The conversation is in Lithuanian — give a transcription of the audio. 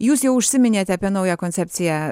jūs jau užsiminėt apie naują koncepciją